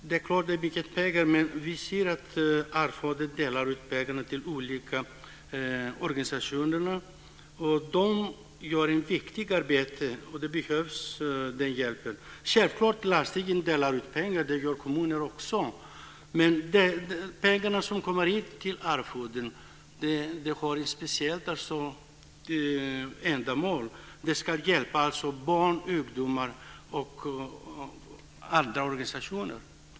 Fru talman! Det är mycket pengar. Arvsfonden delar ut pengar till olika organisationer. De gör ett viktigt arbete, och den hjälpen behövs. Självklart delar landstingen ut pengar. Det gör också kommuner. De pengar som kommer in till Arvsfonden ska användas för ett speciellt ändamål. De ska hjälpa barn, ungdomar och organisationer.